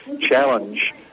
challenge